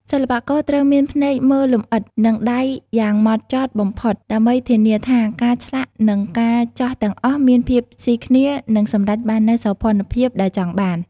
សិល្បករត្រូវមានភ្នែកមើលលម្អិត និងដៃយ៉ាងហ្មត់ចត់បំផុតដើម្បីធានាថាការឆ្លាក់និងការចោះទាំងអស់មានភាពស៊ីគ្នានិងសម្រេចបាននូវសោភ័ណភាពដែលចង់បាន។